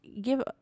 give